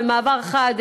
במעבר חד,